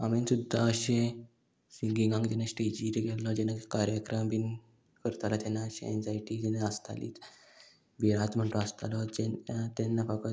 हांवेन सुद्दां अशें सिंगिंगाक जेन्ना स्टेजीर गेल्लो जेन्ना कार्यक्रम बीन करतालो तेन्ना अशे एन्जायटी जेन्ना आसताली बिरांत म्हणटा आसतालो जेन्ना तेन्ना फक्त